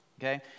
Okay